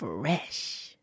Fresh